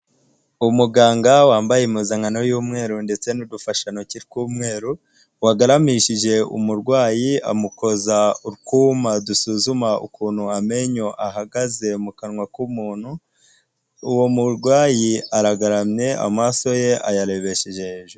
Umuganga wambaye impuzankano y'umweru ndetse n'udufashantoki tw'umweru, wagaramishije umurwayi amukoza utwuma dusuzuma ukuntu amenyo ahagaze mu kanwa k'umuntu, uwo murwayi aragaramye amaso ye ayarebesheje hejuru.